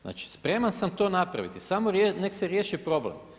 Znači spreman sam to napraviti samo neka se riješi problem.